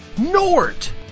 Nort